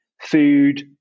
food